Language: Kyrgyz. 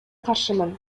каршымын